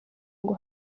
ngo